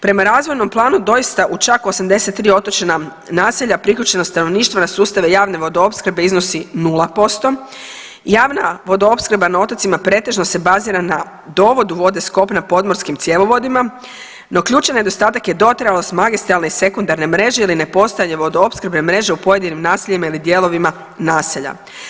Prema razvojnom planu doista u čak 83 otočna naselja priključeno stanovništvo na sustave javne vodoopskrbe iznosi nula posto, javna vodoopskrba na otocima pretežno se bazira na dovod vode s kopna podmorskim cjevovodima, no ključan nedostatak dotrajalost … i sekundarne mreže ili ne postojanje vodoopskrbne mreže u pojedinim naseljima ili dijelovima naselja.